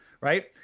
right